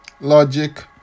logic